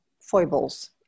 foibles